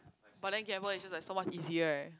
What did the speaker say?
but then gamble is just like so much easier right